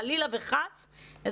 חלילה וחס.